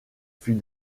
fut